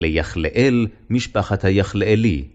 ליחלאל, משפחת היחלאלי.